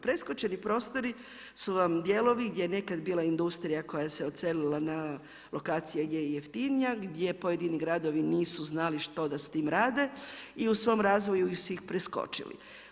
Preskočeni prostori su vam dijelovi gdje je nekad bila industrija koja se odselila na lokacije gdje je jeftinija, gdje pojedini gradovi nisu znali što da s time rade i u svom razvoju su ih preskočili.